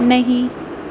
نہیں